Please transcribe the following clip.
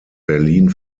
berlin